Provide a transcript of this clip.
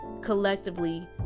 collectively